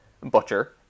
Butcher